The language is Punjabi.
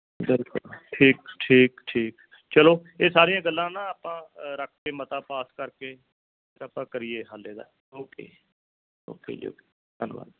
ਠੀਕ ਠੀਕ ਠੀਕ ਚਲੋ ਇਹ ਸਾਰੀਆਂ ਗੱਲਾਂ ਨਾ ਆਪਾਂ ਰੱਖ ਕੇ ਮਤਾ ਪਾਸ ਕਰਕੇ ਆਪਾਂ ਕਰੀਏ ਹੱਲ ਇਹਦਾ ਓਕੇ ਓਕੇ ਜੀ ਓਕੇ ਧੰਨਵਾਦ